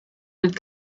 mit